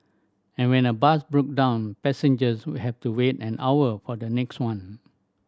and when a bus broke down passengers would have to wait an hour for the next one